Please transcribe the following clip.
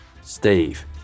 Steve